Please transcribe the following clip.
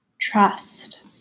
trust